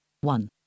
One